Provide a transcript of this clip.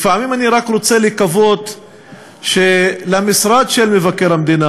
לפעמים אני רק רוצה לקוות שלמשרד של מבקר המדינה